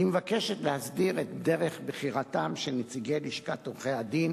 היא מבקשת להסדיר את דרך בחירתם של נציגי לשכת עורכי-הדין